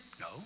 No